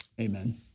Amen